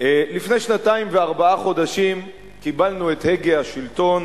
לפני שנתיים וארבעה חודשים קיבלנו את הגה השלטון